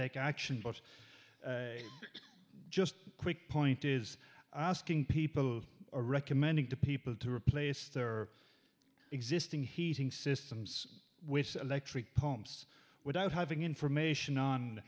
take action but just a quick point is asking people are recommending to people to replace their existing heating systems with electric pumps without having information on